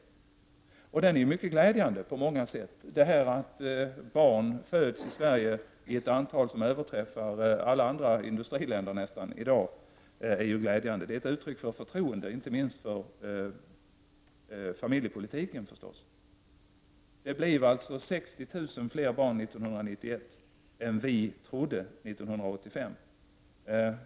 Den utvecklingen är mycket glädjande på många sätt. Att barn föds i Sverige i ett antal som överträffar födelsetalen i nästan alla andra industriländer i dag är ju glädjande. Det är ett uttryck för förtroende — inte minst för familjepolitiken, naturligtvis. Det blir alltså 60 000 fler barn 1991 än vi trodde 1985.